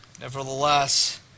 Nevertheless